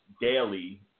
daily